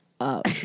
up